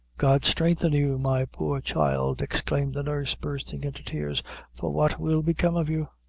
god strengthen you, my poor child, exclaimed the nurse, bursting into tears for what will become of you?